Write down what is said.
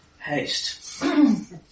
haste